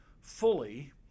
fully